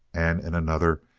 and in another,